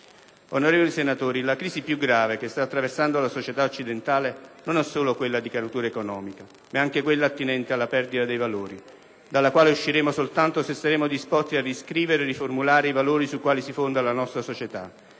Onorevoli senatori, la crisi più grave che sta attraversando la società occidentale non è solo quella di natura economica, ma è anche quella attinente alla perdita dei valori, dalla quale usciremo soltanto se saremo disposti a riscrivere e a riformulare i valori sui quali si fonda la nostra società,